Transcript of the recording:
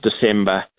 December